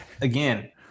again